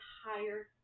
higher